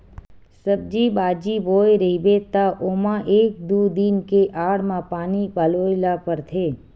सब्जी बाजी बोए रहिबे त ओमा एक दू दिन के आड़ म पानी पलोए ल परथे